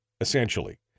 essentially